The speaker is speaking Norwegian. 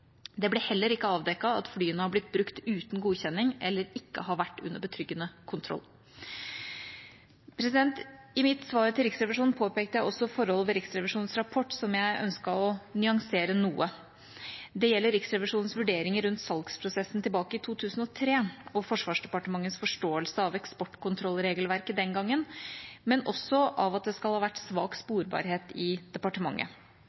Det ble heller ikke avdekket at flyene har blitt brukt uten godkjenning, eller at de ikke har vært under betryggende kontroll. I mitt svar til Riksrevisjonen påpekte jeg også forhold ved Riksrevisjonens rapport som jeg ønsket å nyansere noe. Det gjelder Riksrevisjonens vurderinger rundt salgsprosessen tilbake i 2003 og Forsvarsdepartementets forståelse av eksportkontrollregelverket den gangen, men også av at det skal ha vært svak sporbarhet i departementet.